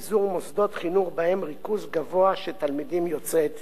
מוסדות חינוך שבהם ריכוז גבוה של תלמידים יוצאי אתיופיה.